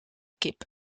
kip